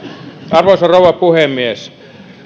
arvoisa rouva puhemies